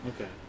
okay